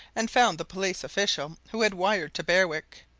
and found the police official who had wired to berwick.